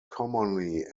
commonly